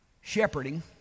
shepherding